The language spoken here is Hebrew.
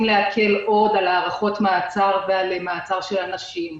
להקל עוד על הארכות מעצר ועל מעצר של אנשים.